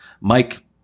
mike